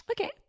okay